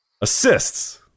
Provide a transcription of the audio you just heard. Assists